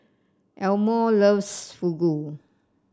Elmore loves Fugu